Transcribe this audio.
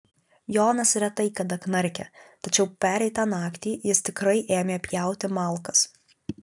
jonas retai kada knarkia tačiau pereitą naktį jis tikrai ėmė pjauti malkas